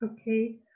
Okay